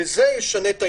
זה ישנה את העניין,